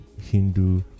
hindu